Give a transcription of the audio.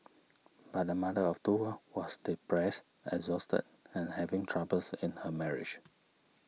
but the mother of two was depressed exhausted and having troubles in her marriage